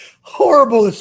horrible